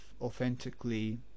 Authentically